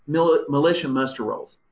militia militia muster rolls.